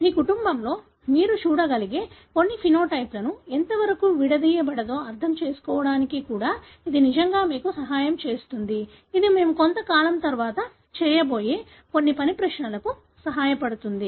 మీ కుటుంబంలో మీరు చూడగలిగే కొన్ని ఫెనోటైప్ లను ఎంతవరకు విడదీయబడతాయో అర్థం చేసుకోవడానికి కూడా ఇది నిజంగా మీకు సహాయం చేస్తుంది ఇది మేము కొంతకాలం తర్వాత చేయబోయే కొన్ని పనిప్రశ్నలకు సహాయపడుతుంది